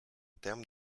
termes